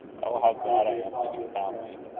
oh, how glad i am that you found me!